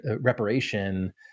reparation